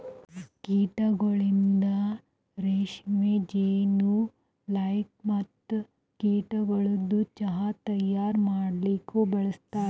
ಕೀಟಗೊಳಿಂದ್ ರೇಷ್ಮೆ, ಜೇನು, ಲ್ಯಾಕ್ ಮತ್ತ ಕೀಟಗೊಳದು ಚಾಹ್ ತೈಯಾರ್ ಮಾಡಲೂಕ್ ಬಳಸ್ತಾರ್